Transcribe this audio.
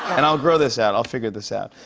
and i'll grow this out. i'll figure this out.